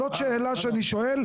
זאת שאלה שאני שואל.